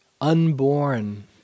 unborn